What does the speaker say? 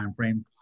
timeframe